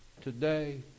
today